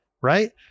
right